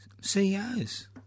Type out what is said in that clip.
CEOs